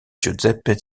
giuseppe